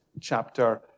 chapter